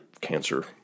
cancer